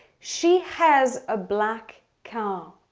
she has a black car.